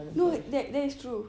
no that is true